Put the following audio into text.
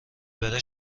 بره